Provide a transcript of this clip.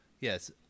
yes